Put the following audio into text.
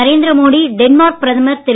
Narendra Modi Denmark பிரதமர் திரு